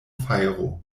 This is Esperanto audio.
fajro